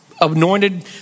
anointed